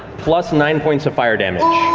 plus nine points of fire damage.